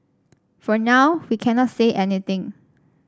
for now we cannot say anything